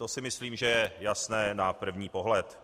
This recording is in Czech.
To si myslím, že je jasné na první pohled.